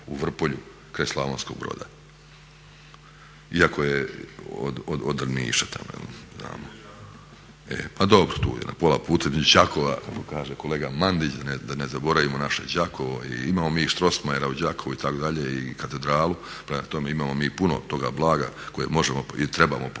u Vrpolju kraj Slavonskog Broda. Iako je od Drniša tamo, pa dobro tu je na pola puta između Đakova kako kaže kolega Mandić, da ne zaboravimo naše Đakovo, imamo mi i Strrosmayera u Đakovu itd. i katedralu. Prema tome, imamo mi puno toga blaga koje možemo i trebamo pokazati.